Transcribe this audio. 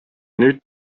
nüüd